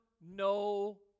no